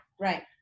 Right